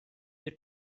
your